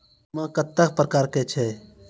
बीमा कत्तेक प्रकारक छै?